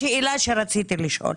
השאלה שרציתי לשאול,